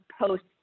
post